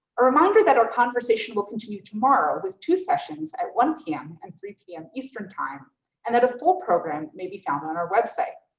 a reminder that our conversation will continue tomorrow with two sessions at one pm and three pm eastern time and that a full program may be found on our website.